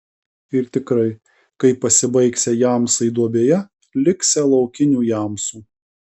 ir tikrai kai pasibaigsią jamsai duobėje liksią laukinių jamsų